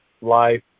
life